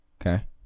Okay